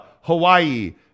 Hawaii